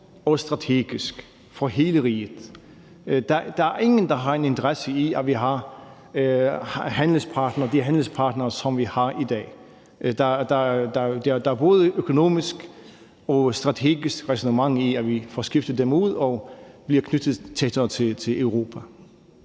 og strategisk for hele riget. Der er ingen, der har en interesse i, at vi har de handelspartnere, som vi har i dag. Der er både økonomisk og strategisk ræson i, at vi får skiftet dem ud og bliver knyttet tættere til Europa.